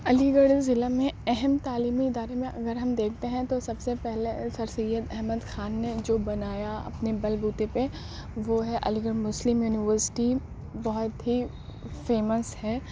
علی گڑھ ضلعے میں اہم تعلیمی ادارے میں اگر ہم دیکھتے ہیں تو سب سے پہلے سر سید احمد خان نے جو بنایا اپنے بل بوتے پہ وہ ہے علی گڑھ مسلم یونیورسٹی بہت ہی فیمس ہے